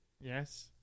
Yes